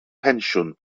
pensiwn